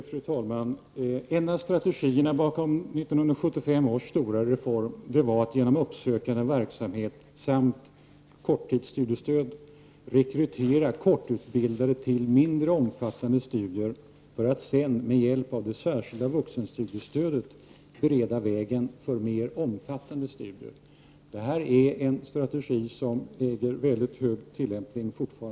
Fru talman! En av strategierna bakom 1975 års stora reform var att genom uppsökande verksamhet och korttidsstudiestöd rekrytera korttidsutbildade till mindre omfattande studier för att sedan med hjälp av det särskilda vuxenstudiestödet bereda vägen för mer omfattande studier. Detta är en strategi som i dag fortfarande äger väldigt hög tillämpning.